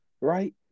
right